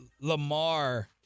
Lamar